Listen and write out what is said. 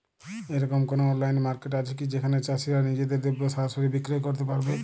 এরকম কোনো online market আছে কি যেখানে চাষীরা নিজেদের দ্রব্য সরাসরি বিক্রয় করতে পারবে?